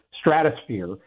stratosphere